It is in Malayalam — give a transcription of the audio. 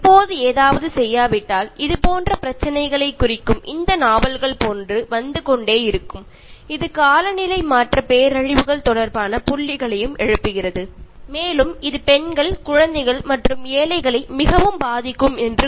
ഇത് കാലാവസ്ഥാ വ്യതിയാനം കൊണ്ടുള്ള ദുരന്തങ്ങളും ചർച്ച ചെയ്യുന്നതിനോടൊപ്പം അത് നമുക്ക് പറഞ്ഞു തരുന്നു എത്രത്തോളം ഇത് നമ്മുടെ സ്ത്രീകളെയും കുട്ടികളെയും അതുപോലെ പിന്നോക്ക വിഭാഗക്കാരെയും ബാധിക്കുന്നു എന്ന്